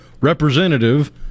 representative